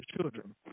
children